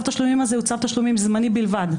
התשלומים הזה הוא צו תשלומים זמני בלבד.